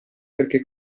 perché